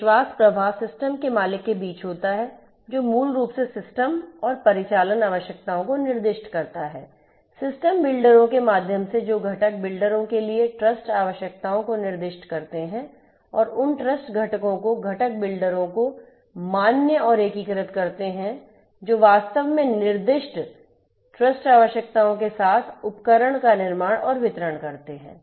विश्वास प्रवाह सिस्टम के मालिक के बीच होता है जो मूल रूप से सिस्टम और परिचालन आवश्यकताओं को निर्दिष्ट करता है सिस्टम बिल्डरों के माध्यम से जो घटक बिल्डरों के लिए ट्रस्ट आवश्यकताओं को निर्दिष्ट करते हैं और उन ट्रस्ट घटकों को घटक बिल्डरों को मान्य और एकीकृत करते हैं जो वास्तव में निर्दिष्ट ट्रस्ट आवश्यकताओं के साथ उपकरणों का निर्माण और वितरण करते हैं